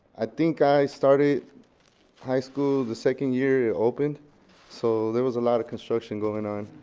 i think i started high school the second year it opened so there was a lot of construction going on.